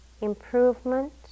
improvement